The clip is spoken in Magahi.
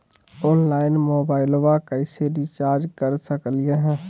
ऑनलाइन मोबाइलबा कैसे रिचार्ज कर सकलिए है?